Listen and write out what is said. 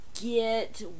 get